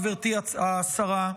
גברתי השרה.